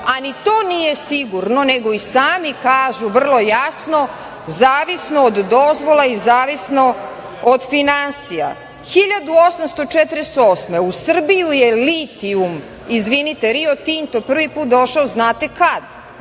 ni to nije sigurno, nego i sami kažu vrlo jasno – zavisno od dozvola i zavisno od finansija. Godine 1848. u Srbiju je litijum… Izvinite, „Rio Tinto“ prvi put došao, znate kada?